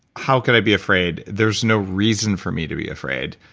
how could i be afraid? there's no reason for me to be afraid,